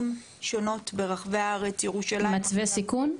שונות ברחבי הארץ ירושלים -- מצבי סיכון?